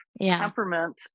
temperament